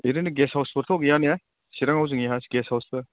ओरैनो गेष्ट हाउसफोरथ' गैया ने सिरांआव जोंनिया गेष्टहाउसफोर